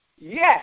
Yes